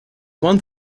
one